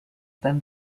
than